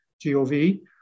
G-O-V